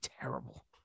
terrible